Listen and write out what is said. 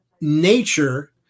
nature